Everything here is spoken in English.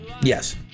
Yes